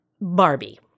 Barbie